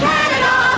Canada